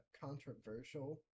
controversial